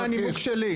זה על זמן הנימוק שלי.